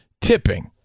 tipping